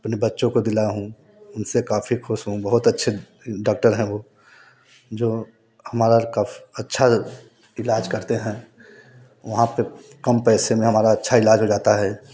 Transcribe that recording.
अपने बच्चों को दिलाया हूं उनसे काफ़ी खुश हूं बहुत अच्छे डॉक्टर हैं वो जो हमारा अच्छा इलाज करते हैं वहाँ पे कम पैसे में हमारा अच्छा इलाज हो जाता है